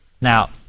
Now